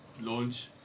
Launch